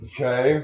Okay